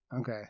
Okay